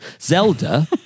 Zelda